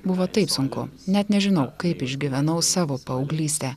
buvo taip sunku net nežinau kaip išgyvenau savo paauglystę